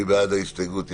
מי בעד ההסתייגות?